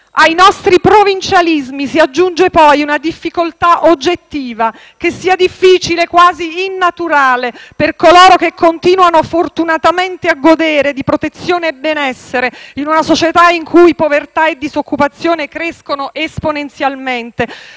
Ai nostri provincialismi si aggiunge poi una difficoltà oggettiva: che sia difficile e quasi innaturale per coloro che fortunatamente continuano a godere di protezione e benessere, in una società in cui povertà e disoccupazione crescono esponenzialmente,